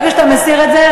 ברגע שאתה מסיר את זה,